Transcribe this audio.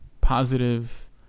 positive